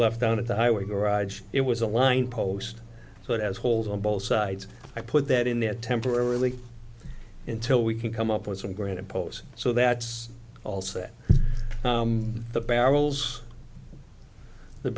left down at the highway garage it was a line post so it has holes on both sides i put that in the a temporarily until we can come up with some ground impose so that's all said the barrels the